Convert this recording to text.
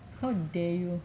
how dare you